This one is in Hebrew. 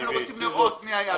אנחנו רוצים לראות מי היה שם.